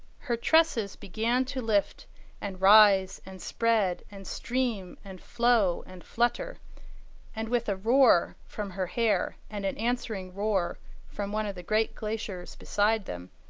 her tresses began to lift and rise and spread and stream and flow and flutter and with a roar from her hair and an answering roar from one of the great glaciers beside them,